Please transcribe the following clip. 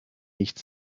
nicht